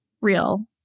real